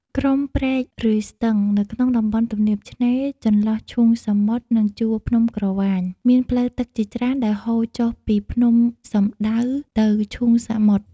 ក្រុមព្រែក ឬស្ទឹង នៅក្នុងតំបន់ទំនាបឆ្នេរ ចន្លោះឈូងសមុទ្រ និងជួរភ្នំក្រវាញ មានផ្លូវទឹកជាច្រើនដែលហូរចុះពីភ្នំសំដៅទៅឈូងសមុទ្រ។